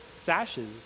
sashes